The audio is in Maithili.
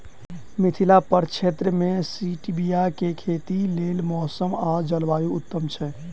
मिथिला प्रक्षेत्र मे स्टीबिया केँ खेतीक लेल मौसम आ जलवायु उत्तम छै?